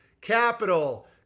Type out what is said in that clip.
capital